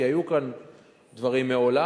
כי היו כאן דברים מעולם.